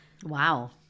Wow